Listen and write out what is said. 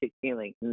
feeling